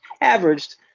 averaged